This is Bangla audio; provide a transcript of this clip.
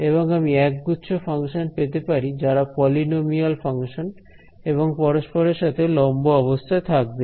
এবং আমি একগুচ্ছ ফাংশন পেতে পারি যারা পলিনোমিয়াল ফাংশন এবং পরস্পরের সাথে লম্ব অবস্থায় থাকবে